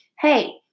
hey